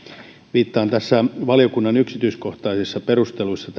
viittaan valiokunnan yksityiskohtaisissa perusteluissa